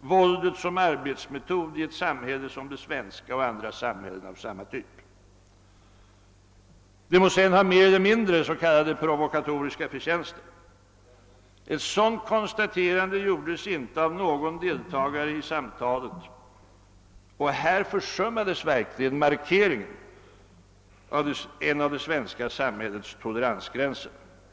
våldet som arbetsmetod i ett samhälle som det svenska och andra samhällen av samma typ. Det må sedan ha mer eller mindre s.k. provokatoriska förtjänster. Ett sådant konstaterande gjordes inte av någon deltagare i samtalet och här försummades verkligen markeringen av en av det svenska samhällets toleransgränser.